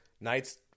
knights